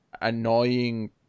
annoying